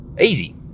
easy